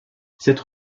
cette